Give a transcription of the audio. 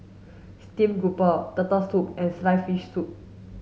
steamed grouper turtle soup and sliced fish soup